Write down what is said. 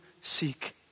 seek